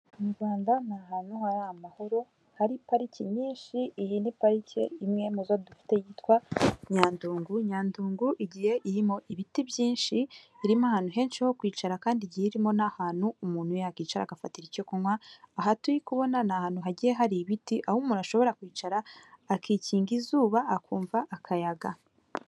Mu Rwanda ni ahantu hari amahoro, hari pariki nyinshi, iyi ni parike imwe muzo dufite yitwa Nyandungu, Nyandungu igihe i ibiti byinshi irimo ahantu henshi ho kwicara kandi igihe irimo n'ahantu umuntu yakicara agafatira icyo kunywa aha turi kubona ni ahantu hagiye hari ibiti aho umuntu ashobora kwicara akikinga izuba, akumva akayaga.